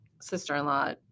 sister-in-law